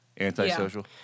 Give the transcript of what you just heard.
Antisocial